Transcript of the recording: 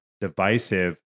divisive